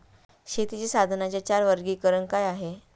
शेतीच्या साधनांचे चार वर्गीकरण काय आहे?